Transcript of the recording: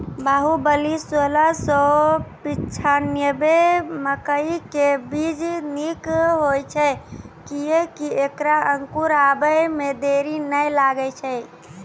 बाहुबली सोलह सौ पिच्छान्यबे मकई के बीज निक होई छै किये की ऐकरा अंकुर आबै मे देरी नैय लागै छै?